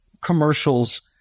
commercials